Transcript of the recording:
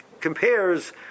compares